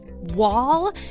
wall